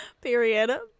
Period